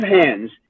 hands